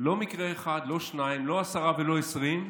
לא מקרה אחד, לא שניים, לא עשרה ולא עשרים,